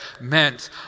meant